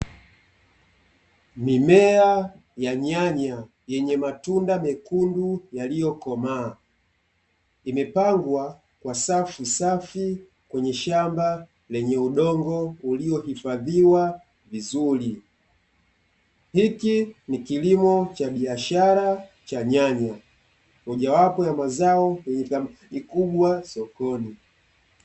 Mimea ya nyanya yenye matunda mekundu yaliyokomaa, imepangwa kwa safu safi kwenye shamba lenye udongo uliyohifadhiwa vizuri. Hiki ni kilimo cha biashara cha nyanya. Mojawapo ya mazao yenye thamani kubwa sokoni.